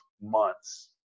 months